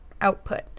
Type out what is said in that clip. output